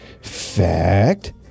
fact